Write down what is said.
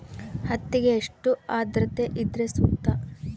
ಹತ್ತಿಗೆ ಎಷ್ಟು ಆದ್ರತೆ ಇದ್ರೆ ಸೂಕ್ತ?